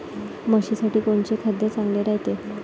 म्हशीसाठी कोनचे खाद्य चांगलं रायते?